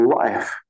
life